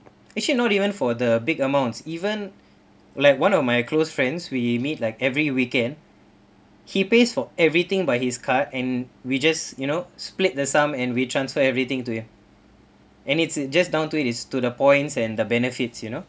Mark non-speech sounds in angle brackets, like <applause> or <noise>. actually not even for the big amounts even <breath> like one of my close friends we meet like every weekend he pays for everything by his card and we just you know split the sum and we transfer everything to him and it's a just down to it is to the points and the benefits you know